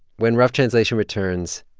when rough translation returns,